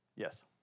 Yes